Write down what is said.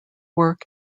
work